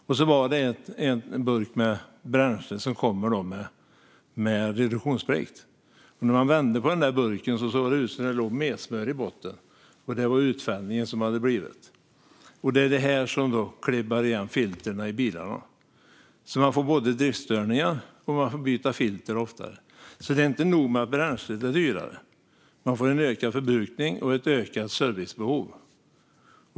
Det fanns också en burk med bränsle med reduktionsplikt. När man vände på den såg det ut som att det låg messmör i botten. Det var utfällningen. Det är det som klibbar igen filtren i bilarna. Man får alltså både driftsstörningar och får byta filter oftare. Det är inte nog med att bränslet är dyrare, utan man får också ökad förbrukning och ökat servicebehov.